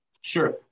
Sure